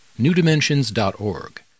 newdimensions.org